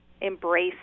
embrace